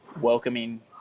welcoming